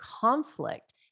conflict